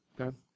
Okay